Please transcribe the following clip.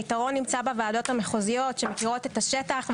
היתרון נמצא בוועדות המחוזיות שמכירות את השטח.